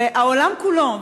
והעולם כולו,